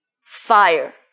fire